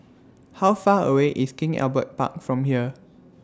How Far away IS King Albert Park from here